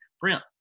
Brent